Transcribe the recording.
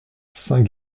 saint